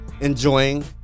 enjoying